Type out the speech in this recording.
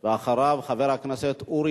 אחריו, חבר הכנסת אורי